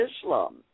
Islam